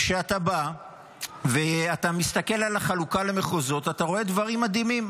כשאתה בא ואתה מסתכל על החלוקה למחוזות אתה רואה דברים מדהימים.